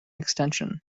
extension